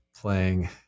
playing